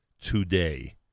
today